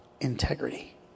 integrity